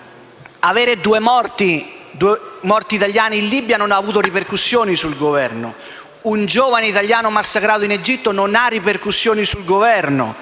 avere due morti italiani in Libia non ha avuto ripercussioni sul Governo; un giovane italiano massacrato in Egitto non ha ripercussioni sul Governo;